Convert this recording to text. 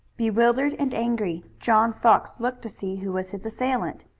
bewildered and angry, john fox looked to see who was his assailant.